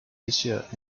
asia